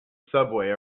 subway